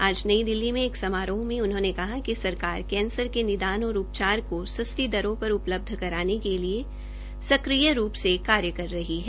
आज नई दिल्ली में एक समारोह में उन्होंने कहा कि सरकार कैंसर के निदान और उपचार को सस्ती दरों उपलब्ध कराने के लिए सक्रिय रूप से काम कर रही है